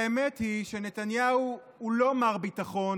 והאמת היא שנתניהו הוא לא מר ביטחון,